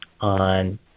on